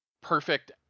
perfect